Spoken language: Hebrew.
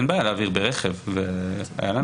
אין בעיה להעביר ברכב סתם אשפה ביתית.